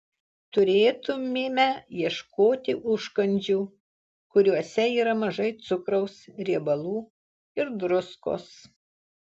turėtumėme ieškoti užkandžių kuriuose yra mažai cukraus riebalų ir druskos